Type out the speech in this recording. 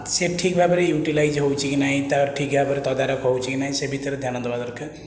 ସେ ଠିକ ଭାବରେ ୟୁଟିଲାଇଜ୍ ହେଉଛି କି ନାହିଁ ତାର ଠିକ ଭାବରେ ତଦାରଖ ହେଉଛି କି ନାହିଁ ସେ ଭିତରେ ଧ୍ୟାନ ଦେବା ଦରକାର